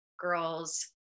girls